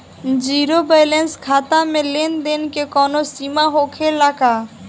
Zero balance खाता में लेन देन के कवनो सीमा होखे ला का?